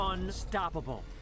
Unstoppable